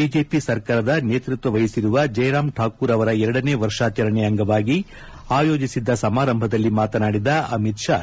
BJP ಸರ್ಕಾರದ ನೇತೃತ್ವ ವಹಿಸಿರುವ ಜಯರಾಮ್ ಠಾಕೂರ್ ಅವರ ಎರಡನೇ ವರ್ಷಾಚರಣೆ ಅಂಗವಾಗಿ ಆಯೋಜಿಸಿದ್ದ ಸಮಾರಂಭದಲ್ಲಿ ಮಾತನಾಡಿದ ಅಮಿತ್ ಷಾ